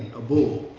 a bull.